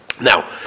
Now